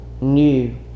new